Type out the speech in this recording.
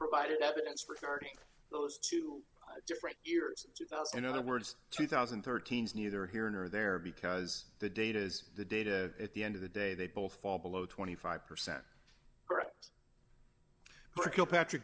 provided evidence regarding those two different years two thousand other words two thousand and thirteen is neither here nor there because the data is the data at the end of the day they both fall below twenty five percent correct kilpatrick